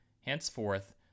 Henceforth